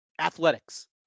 athletics